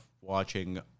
watching